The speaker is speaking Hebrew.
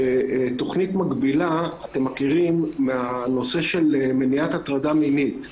שתכנית מקבילה אתם מכירים מהנושא של מניעת הטרדה מינית.